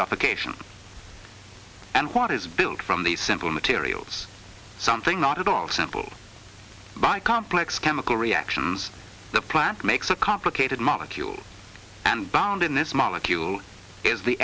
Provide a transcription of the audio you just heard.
suffocation and what is built from the simple material it's something not at all simple by complex chemical reactions the plant makes a complicated molecule and bound in this molecule is the